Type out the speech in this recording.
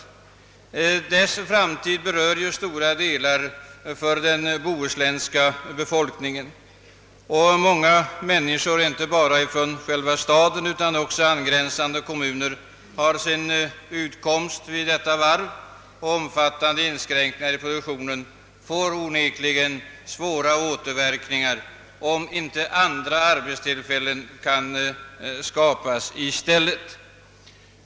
Varvets framtid berör ju stora delar av den bohuslänska befolkningen, och många människor, inte bara från själva staden utan också från angränsande kommuner, har sin utkomst vid varvet. Omfattande inskränkningar i dess produktion får därför svåra återverkningar, om inte andra arbetstillfällen kan skapas i stället.